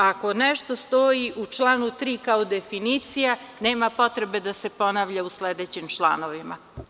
Ako nešto stoji u članu 3. kao definicija, nema potrebe da se ponavlja u sledećim članovima.